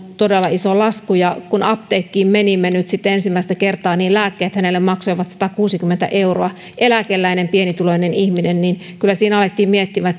todella iso lasku ja kun apteekkiin menimme nyt sitten ensimmäistä kertaa niin lääkkeet hänelle maksoivat satakuusikymmentä euroa kun hän on eläkeläinen pienituloinen ihminen niin kyllä siinä alettiin miettimään